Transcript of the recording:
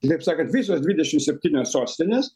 kitaip sakant visos dvidešim septynios sostinės